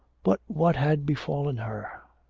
but what had befallen her?